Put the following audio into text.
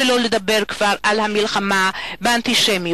שלא לדבר על המלחמה באנטישמיות,